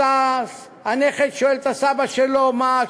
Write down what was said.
אז הנכד שואל את הסבא שלו: מה,